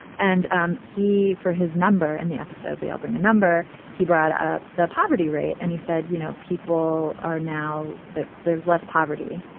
and um he for his number in the episode will bring a number he brought up the poverty rate and he said you know people are now that there's less poverty.